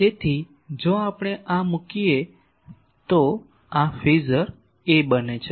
તેથી જો આપણે આ મૂકીએ તો એ ફેઝર A બને છે